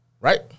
Right